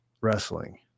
wrestling